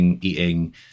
eating